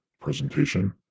presentation